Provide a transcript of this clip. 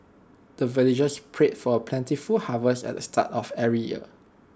the villagers pray for plentiful harvest at the start of every year